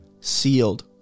Sealed